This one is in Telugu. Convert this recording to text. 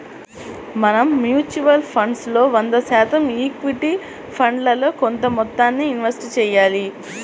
మనం మ్యూచువల్ ఫండ్స్ లో వంద శాతం ఈక్విటీ ఫండ్లలో కొంత మొత్తాన్నే ఇన్వెస్ట్ చెయ్యాలి